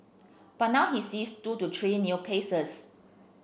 but now he sees two to three new cases